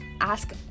ask